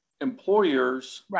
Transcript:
Employers